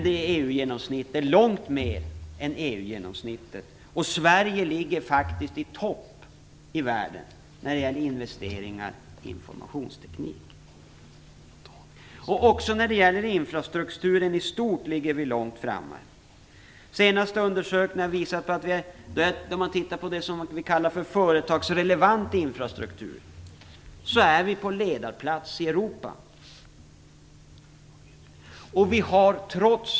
Det är långt mer än EU genomsnittet, och Sverige ligger faktiskt i topp i världen när det gäller investeringar i informationsteknik. Också när det gäller infrastrukturen i stort ligger vi långt framme. Enligt de senaste undersökningarna rörande vad som kallas företagsrelevant infrastruktur är vi i det avseendet på ledarplats i Europa.